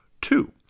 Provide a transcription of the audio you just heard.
Two